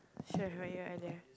should have met you earlier